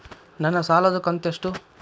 ನನ್ನ ಸಾಲದು ಕಂತ್ಯಷ್ಟು?